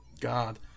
God